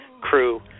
crew